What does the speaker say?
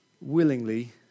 willingly